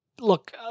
look